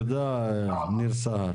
תודה ניר סהר.